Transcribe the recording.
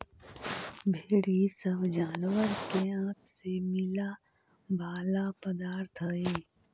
भेंड़ इ सब जानवर के आँत से मिला वाला पदार्थ हई